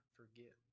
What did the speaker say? forget